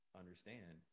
understand